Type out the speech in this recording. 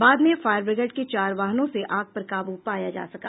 बाद में फायरब्रिगेड के चार वाहनों से आग पर काबू पाया जा सका